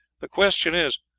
the question is,